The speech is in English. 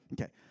Okay